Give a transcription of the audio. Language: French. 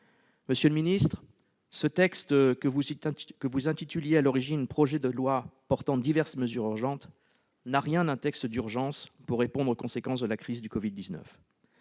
Monsieur le ministre, ce texte, que vous aviez intitulé, à l'origine, « projet de loi portant diverses dispositions urgentes » n'a rien d'un texte d'urgence pour répondre aux conséquences de la crise du Covid-19.